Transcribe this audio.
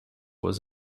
was